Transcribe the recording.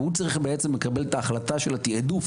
והוא צריך לקבל החלטה על תעדוף,